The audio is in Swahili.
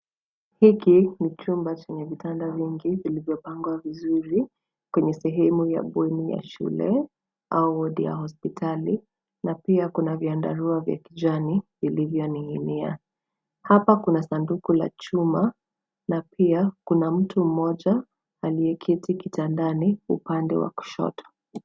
Hiki ni chumba chenye vitanda vilivyopangwa vizuri, kwenye sehemu ya bweni ya shule au wadi ya hospitali na pia kuna vyandarua vya kijani vilivyoning'inia . Hapa kuna sanduku la chuma na pia kuna mtu mmoja aliyeketi kitandani upande wa kushoto .